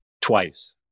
twice